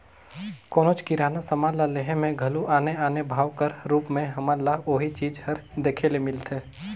कोनोच किराना समान ल लेहे में घलो आने आने भाव कर रूप में हमन ल ओही चीज हर देखे ले मिलथे